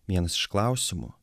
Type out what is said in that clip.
vienas iš klausimų